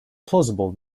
plausible